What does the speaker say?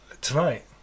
tonight